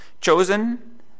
Chosen